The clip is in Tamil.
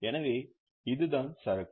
எனவே இதுதான் சரக்கு